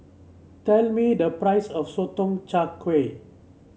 tell me the price of Sotong Char Kway